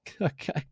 okay